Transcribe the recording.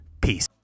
Peace